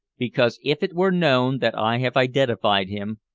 because if it were known that i have identified him,